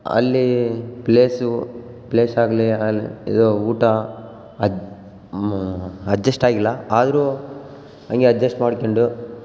ಅಲ್ಲೀ ಪ್ಲೇಸು ಪ್ಲೇಸಾಗಲಿ ಅಲ್ಲಿ ಇದು ಊಟ ಅಜ್ ಅಜ್ಜಸ್ಟಾಗಿಲ್ಲ ಆದರು ಹಂಗೆ ಅಜ್ಜಸ್ಟ್ ಮಾಡ್ಕೊಂಡು